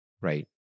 right